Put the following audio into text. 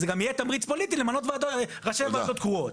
אז זה גם יהיה תמריץ פוליטי למנות ראשי ועדות קרואות.